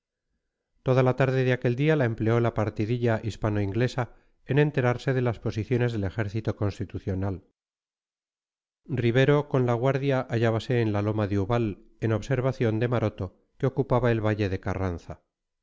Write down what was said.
toda la tarde de aquel día la empleó la partidilla hispano inglesa en enterarse de las posiciones del ejército constitucional ribero con la guardia hallábase en la loma de ubal en observación de maroto que ocupaba el valle de carranza